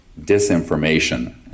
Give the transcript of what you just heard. disinformation